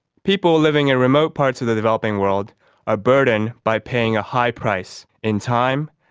people living in remote parts of the developing world are burdened by paying a high price in time,